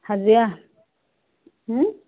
হাজিৰা